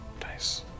Nice